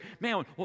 man